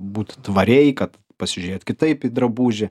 būt tvariai kad pasižiūrėt kitaip į drabužį